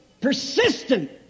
persistent